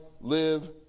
live